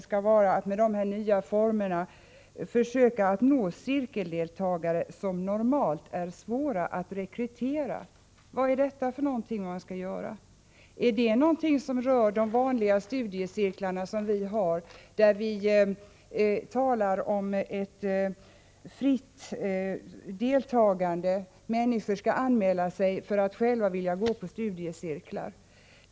Avsikten är ”att finna nya former för att nå cirkeldeltagare, som normalt är svåra att rekrytera”. Vad är detta? Rör det sig om de vanliga studiecirklarna, där det talas om ett fritt deltagande? Människor skall alltså anmäla sig, om de vill delta i studiecirklar.